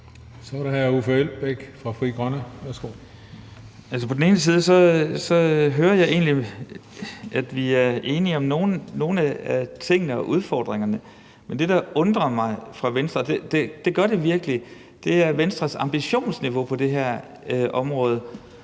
Så er det hr. Uffe Elbæk fra Frie Grønne. Værsgo. Kl. 15:54 Uffe Elbæk (FG): Jeg hører egentlig, at vi er enige om nogle af tingene og udfordringerne, men det, der undrer mig ved Venstre, og det gør det virkelig, er Venstres ambitionsniveau på det her område.